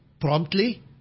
promptly